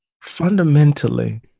fundamentally